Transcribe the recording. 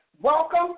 welcome